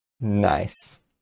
nice